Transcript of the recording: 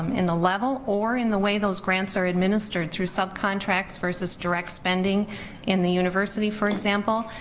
in the level or in the way those grants are administered through subcontracts versus direct spending in the university, for example,